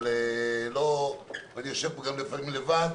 אבל אני יושב שם לפעמים לבד.